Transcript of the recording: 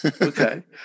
Okay